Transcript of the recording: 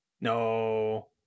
No